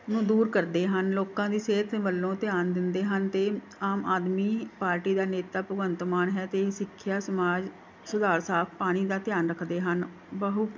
ਨੂੰ ਦੂਰ ਕਰਦੇ ਹਨ ਲੋਕਾਂ ਦੀ ਸਿਹਤ ਵੱਲੋਂ ਧਿਆਨ ਦਿੰਦੇ ਹਨ ਅਤੇ ਆਮ ਆਦਮੀ ਪਾਰਟੀ ਦਾ ਨੇਤਾ ਭਗਵੰਤ ਮਾਨ ਹੈ ਅਤੇ ਇਹ ਸਿੱਖਿਆ ਸਮਾਜ ਸੁਧਾਰ ਸਾਫ਼ ਪਾਣੀ ਦਾ ਧਿਆਨ ਰੱਖਦੇ ਹਨ ਬਹੂ